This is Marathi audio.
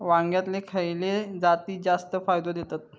वांग्यातले खयले जाती जास्त फायदो देतत?